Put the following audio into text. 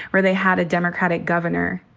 where they had a democratic governor.